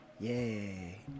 yay